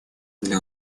для